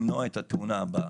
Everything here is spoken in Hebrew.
למנוע את התאונה הבאה.